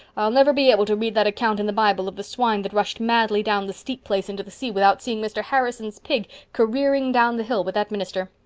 i'll never be able to read that account in the bible of the swine that rushed madly down the steep place into the sea without seeing mr. harrison's pig careering down the hill with that minister.